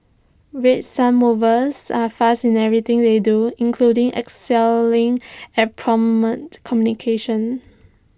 red sun movers are fast in everything they do including excelling at prompt communication